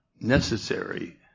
necessary